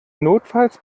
notfalls